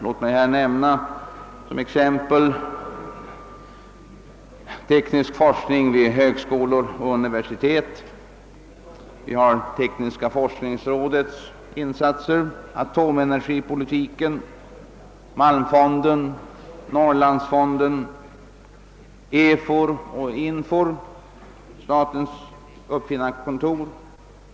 Låt mig här bara nämna den tekniska forskningen vid högskolor och universitet. Vi har Tekniska <forskningsrådets «insatser, atomenergipolitiken, Malmfonden, Norrlandsfonden, EFOR och INFOR och Svenska uppfinnarkontoret.